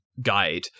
guide